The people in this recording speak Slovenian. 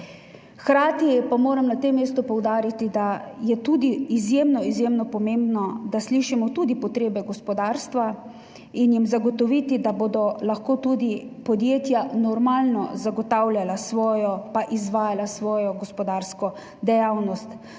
Hkrati pa moram na tem mestu poudariti, da je izjemno izjemno pomembno, da slišimo tudi potrebe gospodarstva in zagotovimo, da bodo lahko tudi podjetja normalno zagotavljala pa izvajala svojo gospodarsko dejavnost,